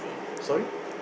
sorry